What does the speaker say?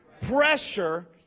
pressure